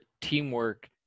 teamwork